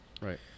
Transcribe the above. Right